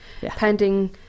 pending